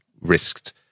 risked